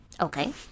Okay